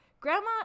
Grandma